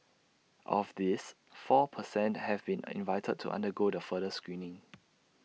of these four per cent have been an invited to undergo the further screening